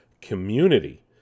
community